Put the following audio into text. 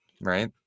right